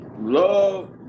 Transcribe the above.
love